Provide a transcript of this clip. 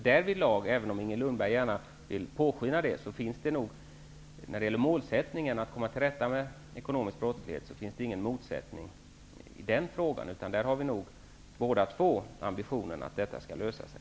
Därvidlag finns ingen motsättning -- även om Inger Lundberg gärna vill låta påskina det -- och vi har nog båda ambitionen att detta skall lösa sig.